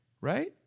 right